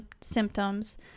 symptoms